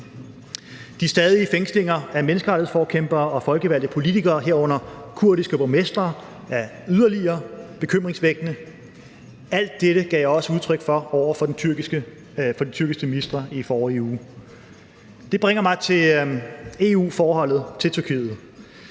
De fortsatte fængslinger af menneskerettighedsforkæmpere og folkevalgte politikere, herunder kurdiske borgmestre, er yderligere bekymringsvækkende. Alt dette gav jeg også udtryk for over for de tyrkiske ministre i forrige uge. Det bringer mig til EU-forholdet til Tyrkiet.